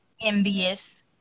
envious